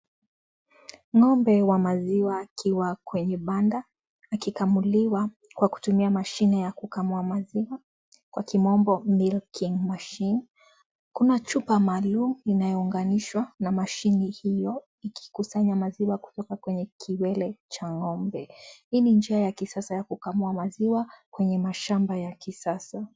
Ng'ombe wa maziwa akiwa kwenye banda, akikamuliwa kwa kutumia mashine ya kukamua maziwa, kwa kimombo , milking machine . Kuna chupa maalum inayounganishwa na mashine hiyo, ikikusanya maziwa kwa kutoka kwenye kiwele cha ng'ombe. Hii ni njia ya kisasa ya kukamua maziwa kwenye mashamba ya kisasa.